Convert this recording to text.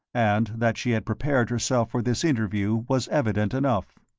and that she had prepared herself for this interview was evident enough.